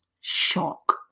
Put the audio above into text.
Shock